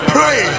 Pray